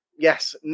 yes